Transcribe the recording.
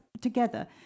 together